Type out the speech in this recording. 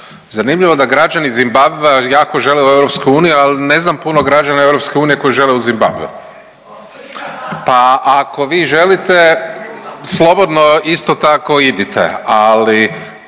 Zanimljivo da građani Zimbabvea jako žele u EU, ali ne znam puno građana EU koji žele u Zimbabve. .../Upadica se ne čuje./... Pa ako vi želite, slobodno isto tako, idite, ali